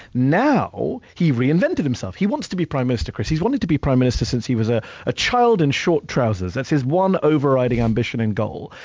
now, he reinvented himself. he wants to be prime minister, chris. he's wanted to be prime minister since he was a ah child in short trousers. that's his one overriding ambition and goal.